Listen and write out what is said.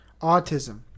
Autism